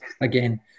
again